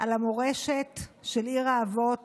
על המורשת של עיר האבות